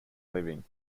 living